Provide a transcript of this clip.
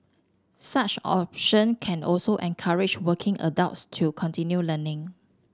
such option can also encourage working adults to continue learning